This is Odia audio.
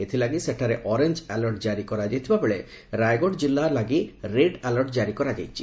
ଏଥିଲାଗି ସେଠାରେ ଅରେଞ୍ଜ ଆଲଟ୍ ଜାରି କରାଯାଇଥିବା ବେଳେ ରାଏଗଡ଼ ଜିଲ୍ଲା ଲାଗି ରେଡ୍ ଆଲଟ୍ ଜାରି କରାଯାଇଛି